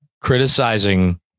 criticizing